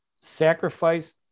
sacrifice